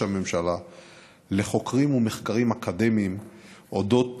הממשלה לחוקרים ולמחקרים אקדמיים אודות